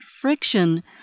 friction